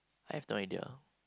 I have no idea